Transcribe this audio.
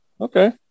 okay